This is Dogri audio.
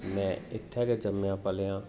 में इत्थै गै जम्मेआ पलेआ आं